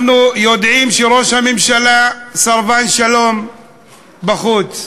אנחנו יודעים שראש הממשלה סרבן שלום בחוץ,